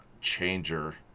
changer